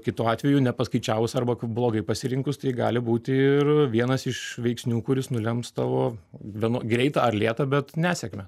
kitu atveju nepaskaičiavus arba blogai pasirinkus tai gali būti ir vienas iš veiksnių kuris nulems tavo vie greitą ar lėtą bet nesėkmę